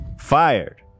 Fired